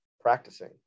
practicing